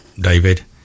David